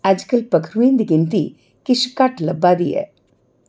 अजकल पक्खरुएं दी गिनती किश घट्ट लब्भा दी ऐ